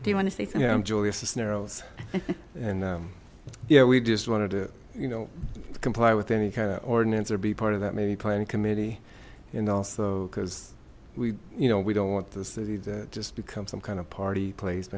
do you want to say yeah i'm julia cisneros and yeah we just wanted to you know comply with any kind of ordinance or be part of that maybe planning committee and also because we you know we don't want the city that just become some kind of party place